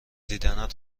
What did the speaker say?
دیدنت